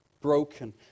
broken